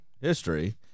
history